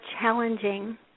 challenging